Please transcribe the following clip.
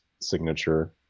signature